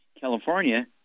California